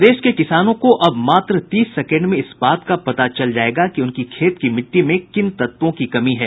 प्रदेश के किसानों को अब मात्र तीस सेंकेंड में इस बात का पता चल जायेगा कि उनकी खेत की मिट्टी में किन तत्वों की कमी है